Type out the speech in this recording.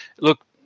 look